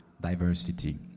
diversity